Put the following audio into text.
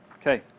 Okay